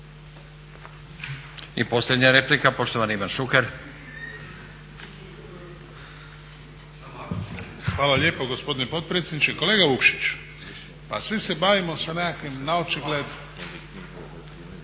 I posljednja replika poštovani Ivan Šuker. **Šuker, Ivan (HDZ)** Hvala lijepo gospodine potpredsjedniče. Kolega Vukšić, pa svi se bavimo sa nekakvim naočigled